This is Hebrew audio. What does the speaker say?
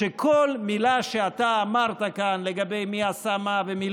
שכל מילה שאתה אמרת כאן לגבי מי עשה מה ומי